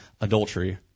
adultery